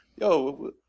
Yo